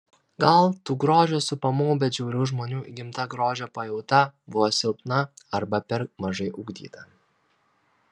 gal tų grožio supamų bet žiaurių žmonių įgimta grožio pajauta buvo silpna arba per mažai ugdyta